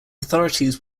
authorities